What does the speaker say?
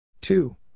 two